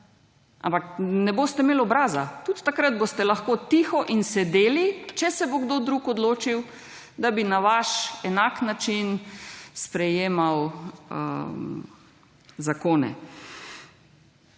ampak ne boste imeli obraza. Tudi takrat boste lahko tiho in sedeli, če se bo kdo drug odločil, da bi na vaš enak način sprejemal zakone.